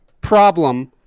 problem